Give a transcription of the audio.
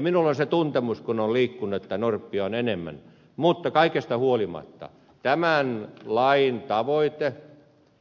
minulla on se tuntemus kun on liikkunut että norppia on enemmän mutta kaikesta huolimatta tämän lain tavoite